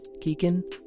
Keegan